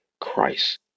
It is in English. christ